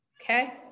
okay